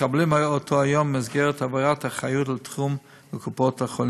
מקבלים אותו היום במסגרת העברת האחריות לתחום קופות-החולים.